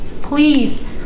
Please